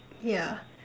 yeah